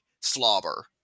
Slobber